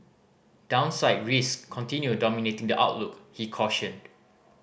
downside risk continue dominating the outlook he cautioned